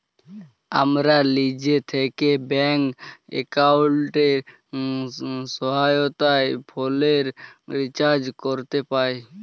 আমরা লিজে থ্যাকে ব্যাংক এক্কাউন্টের সহায়তায় ফোলের রিচাজ ক্যরতে পাই